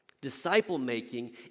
Disciple-making